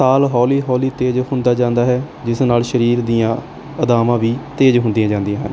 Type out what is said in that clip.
ਤਾਲ ਹੌਲੀ ਹੌਲੀ ਤੇਜ਼ ਹੁੰਦੀ ਜਾਂਦੀ ਹੈ ਜਿਸ ਨਾਲ ਸਰੀਰ ਦੀਆਂ ਅਦਾਵਾਂ ਵੀ ਤੇਜ਼ ਹੁੰਦੀਆਂ ਜਾਂਦੀਆਂ ਹਨ